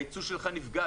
הייצוא שלך נפגע,